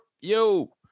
yo